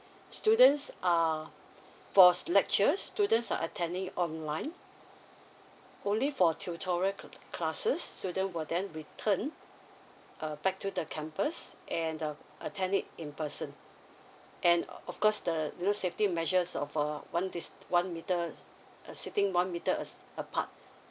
students are for lectures students are attending online only for tutorial cla~ classes so then will then return uh back to the campus and uh attend it in person and of course the you know safety measures of a one dis~ one meter a sitting one meter us apart